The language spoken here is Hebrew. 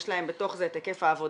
יש להם בתוך זה את היקף העבודה,